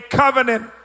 covenant